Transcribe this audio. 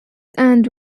and